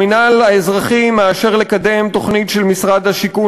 המינהל האזרחי מאשר לקדם תוכנית של משרד השיכון